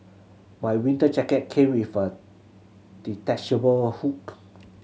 my winter jacket came with a detachable hood